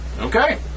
Okay